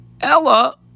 Ella